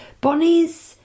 Bonnie's